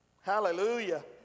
Hallelujah